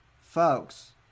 folks